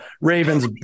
Ravens